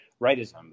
rightism